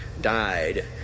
died